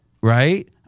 right